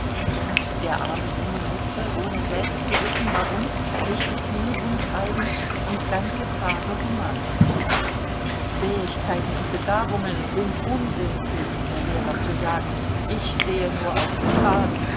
und der arme junge mußte ohne selbst zu wissen warum sich die knie wund reiben und ganze tage hungern fähigkeiten und begabung sind unsinn pflegte der lehrer zu sagen ich sehe nur auf betragen